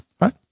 right